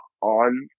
on